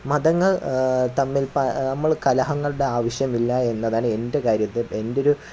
മതങ്ങൾ തമ്മിൽ പ നമ്മൾ കലഹങ്ങളുടെ ആവശ്യമില്ല എന്നതാണ് എൻ്റെ കാര്യത്തിൽ എൻറ്റൊരു